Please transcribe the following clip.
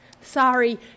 sorry